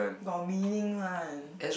got meaning one